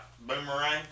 boomerang